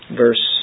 verse